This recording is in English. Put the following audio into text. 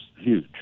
huge